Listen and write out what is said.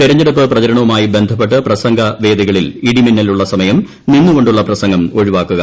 തെരഞ്ഞെടുപ്പ് പ്രചരണവുമായി ബന്ധപ്പെട്ട് പ്രസംഗവേദികളിൽ ഇടിമിന്നൽ ഉള്ള സമയം നിന്നുകൊണ്ടുള്ള പ്രസംഗം ഒഴിവാക്കുക